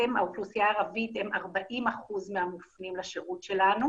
האוכלוסייה הערבית הם 40% מהמופנים לשירות שלנו